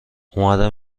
اومدم